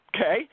Okay